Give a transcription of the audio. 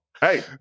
Hey